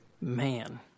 man